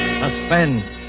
suspense